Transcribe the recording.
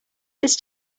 this